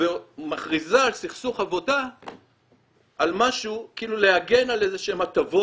ומכריזה על סכסוך עבודה כאילו להגן על איזה שהן הטבות,